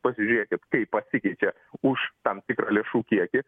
pasižiūrėkit kaip pasikeičia už tam tikrą lėšų kiekį